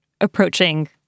approaching